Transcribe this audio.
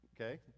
okay